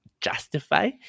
justify